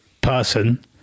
person